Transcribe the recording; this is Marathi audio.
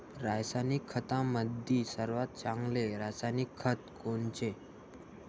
रासायनिक खतामंदी सर्वात चांगले रासायनिक खत कोनचे?